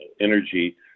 energy